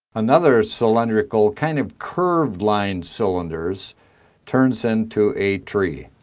another cylindrical kind of curved line cylinders turns into a tree.